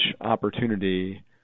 opportunity